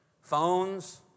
phones